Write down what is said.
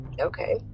Okay